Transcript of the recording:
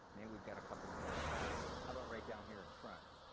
i mean we've got a couple and more um how about right down here in front?